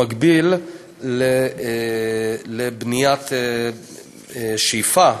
במקביל לבניית שאיפה,